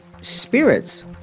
spirits